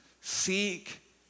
Seek